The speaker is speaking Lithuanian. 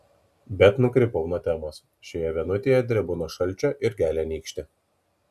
bet nukrypau nuo temos šioje vienutėje drebu nuo šalčio ir gelia nykštį